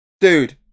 dude